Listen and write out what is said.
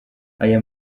aya